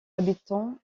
habitants